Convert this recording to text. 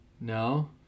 No